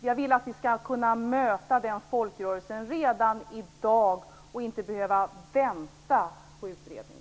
Jag vill att vi skall kunna möta den folkrörelsen redan i dag och inte behöva vänta på en utredning.